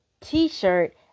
t-shirt